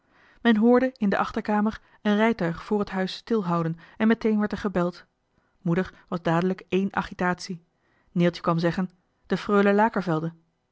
men hoorde in de achterkamer een rijtuig vr het huis stilhouden en meteen werd er gebeld moeder was dadelijk één agitatie neeltje kwam zeggen de frulle